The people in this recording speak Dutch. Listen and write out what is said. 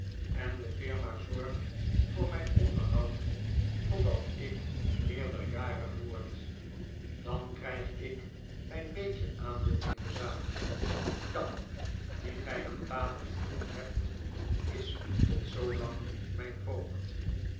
en de firma zorgt voor mfln onderhoud totdat ik meerderj'arig word dan kryg ik myn beetje aandeel in de zaak jan dien gy aan tafel ontmoet hebt is tot zoolang mijn voogd